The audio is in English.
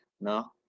No